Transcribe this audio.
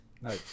no